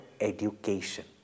education